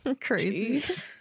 crazy